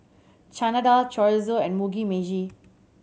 Chana Dal Chorizo and Mugi Meshi